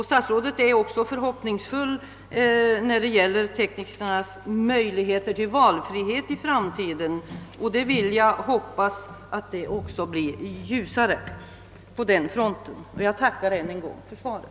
Statsrådet hyser också goda förhoppningar om teknikernas möjlighet till valfrihet i framtiden, och även jag hoppas att det kommer att ljusna på den fronten. Jag tackar än en gång för svaret.